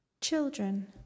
Children